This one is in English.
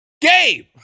Gabe